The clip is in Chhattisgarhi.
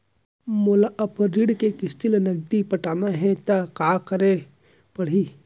मोला अपन ऋण के किसती ला नगदी पटाना हे ता का करे पड़ही?